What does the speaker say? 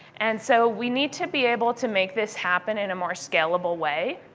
and so we need to be able to make this happen in a more scalable way.